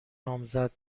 نامزد